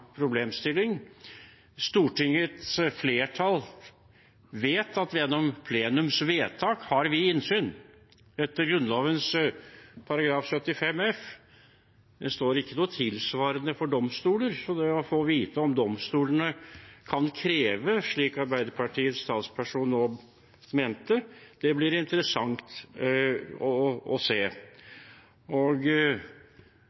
problemstilling. Stortingets flertall vet at gjennom plenumsvedtak har vi innsyn, etter Grunnloven § 75 f. Det står ikke noe tilsvarende for domstoler, så det å få vite om domstolene kan kreve , slik Arbeiderpartiets talsperson nå mente, blir interessant å